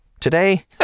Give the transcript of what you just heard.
Today